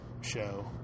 show